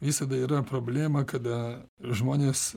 visada yra problema kada žmonės